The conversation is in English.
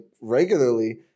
regularly